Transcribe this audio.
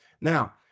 Now